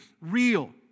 real